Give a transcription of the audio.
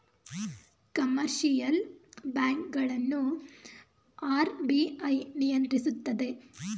commercial bank ಗಳನ್ನು RBI ನಿಯಂತ್ರಿಸುತ್ತದೆ